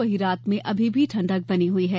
वहीं रात में अभी भी ठण्डक बनी हुई है